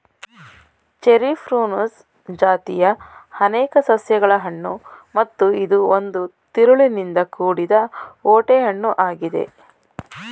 cherry Prunus ಜಾತಿಯ ಅನೇಕ ಸಸ್ಯಗಳ ಹಣ್ಣು ಮತ್ತು ಇದು ಒಂದು ತಿರುಳಿನಿಂದ ಕೂಡಿದ ಓಟೆ ಹಣ್ಣು ಆಗಿದೆ